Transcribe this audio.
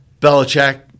Belichick